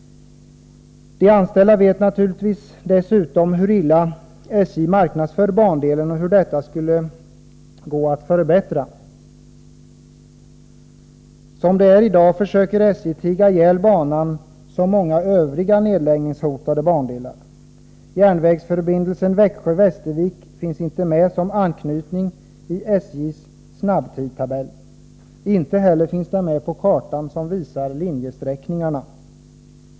Dessutom vet naturligtvis de anställda hur illa SJ marknadsför bandelen och hur det skulle kunna gå att förbättra den saken. I dag försöker SJ tiga ihjäl banan, liksom när det gäller många andra nedläggningshotade bandelar. Järnvägsförbindelsen Växjö-Västervik finns inte med som anknytning i SJ:s snabbtidtabell. Inte heller finns förbindelsen med på kartan som visar linjesträckningarna.